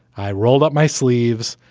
i rolled up my sleeves.